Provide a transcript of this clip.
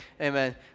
Amen